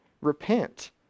repent